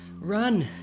Run